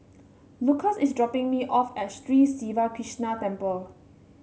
Lucas is dropping me off at Street Siva Krishna Temple